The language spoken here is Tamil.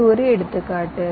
இது ஒரு எடுத்துக்காட்டு